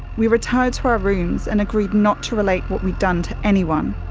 we retired to our rooms and agreed not to relate what we'd done to anyone.